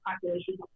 population